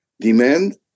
demand